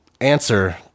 answer